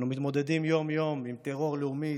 אנו מתמודדים יום-יום עם טרור לאומי,